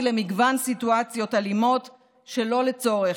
למגוון סיטואציות אלימות שלא לצורך,